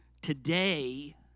Today